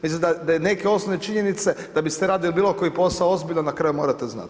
Mislim da je neke osnovne činjenice, da biste radili bilo koji posao ozbiljno, na kraju morate znati.